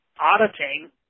auditing